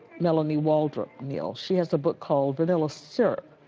melondy waldrup neal. she has a book called vanilla syrup.